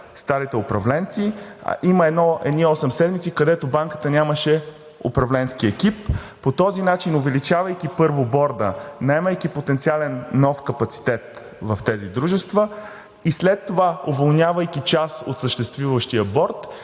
старите управленци, има едни осем седмици, където Банката нямаше управленски екип. По този начин, увеличавайки, първо, Борда, наемайки потенциален нов капацитет в тези дружества и след това, уволнявайки част от съществуващия борд,